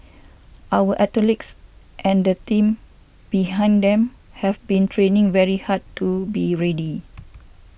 our athletes and the team behind them have been training very hard to be ready